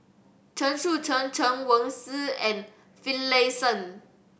Chen Sucheng Chen Wen Hsi and Finlayson